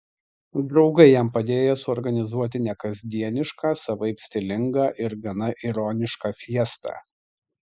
draugai jam padėjo suorganizuoti nekasdienišką savaip stilingą ir gana ironišką fiestą